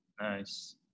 Nice